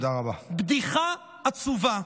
בדיחה עצובה.